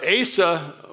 Asa